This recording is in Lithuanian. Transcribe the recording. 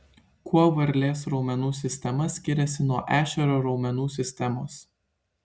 kuo varlės raumenų sistema skiriasi nuo ešerio raumenų sistemos